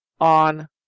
on